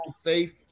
safe